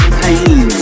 pain